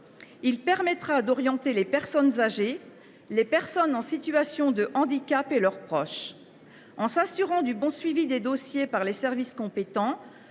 Il permettra d’orienter les personnes âgées, les personnes en situation de handicap et leurs proches, en s’assurant du bon suivi des dossiers par les services compétents.